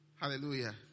Hallelujah